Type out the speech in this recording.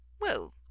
Well